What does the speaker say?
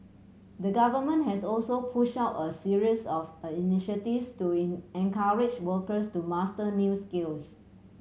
the Government has also pushed out a series of a initiatives to in encourage workers to master new skills